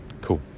cool